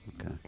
Okay